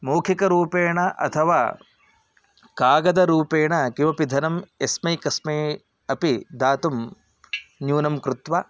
मौखिकरूपेण अथवा कागदरूपेण किमपि धनं यस्मै कस्मै अपि दातुं न्यूनं कृत्वा